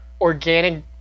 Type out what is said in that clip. organic